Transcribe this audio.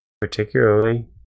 Particularly